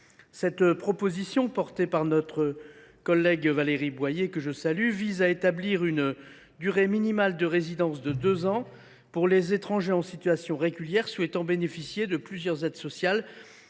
Cette proposition, présentée par notre collègue Valérie Boyer, que je salue, vise à établir une durée minimale de résidence de deux ans pour les étrangers en situation régulière souhaitant bénéficier de plusieurs aides sociales,